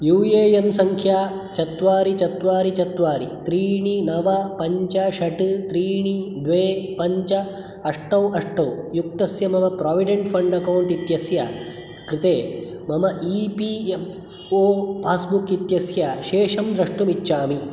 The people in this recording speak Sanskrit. यू ए एन् सङ्ख्या चत्वारि चत्वारि चत्वारि त्रीणि नव पञ्च षट् त्रीणि द्वे पञ्च अष्टौ अष्टौ युक्तस्य मम प्रोविडेण्ट् फ़ण्ड् अकौण्ट् इत्यस्य कृते मम E P F O passbook इत्यस्य शेषं द्रष्टुम् इच्छामि